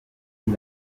ngo